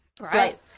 right